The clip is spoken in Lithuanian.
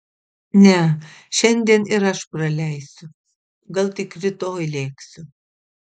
ne šiandien ir aš praleisiu gal tik rytoj lėksiu